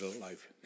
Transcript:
life